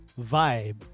vibe